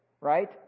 right